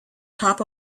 top